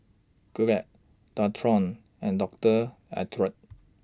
Glad Dualtron and Doctor Oetker